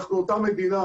אנחנו אותה מדינה.